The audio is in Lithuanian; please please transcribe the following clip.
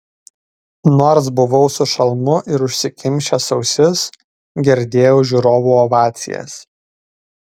nors buvau su šalmu ir užsikimšęs ausis girdėjau žiūrovų ovacijas